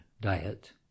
diet